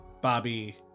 Bobby